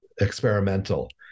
experimental